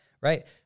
right